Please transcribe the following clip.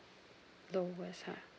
lowest uh